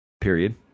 period